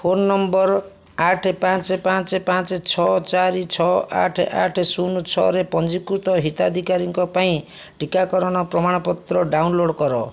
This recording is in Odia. ଫୋନ ନମ୍ବର ଆଠ ପାଞ୍ଚ ପାଞ୍ଚ ପାଞ୍ଚ ଛଅ ଚାରି ଛଅ ଆଠ ଆଠ ଶୂନ ଛଅରେ ପଞ୍ଜୀକୃତ ହିତାଧିକାରୀଙ୍କ ପାଇଁ ଟିକାକରଣ ପ୍ରମାଣପତ୍ର ଡାଉନ୍ଲୋଡ଼୍ କର